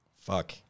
Fuck